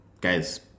Guys